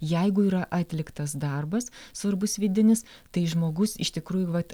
jeigu yra atliktas darbas svarbus vidinis tai žmogus iš tikrųjų vat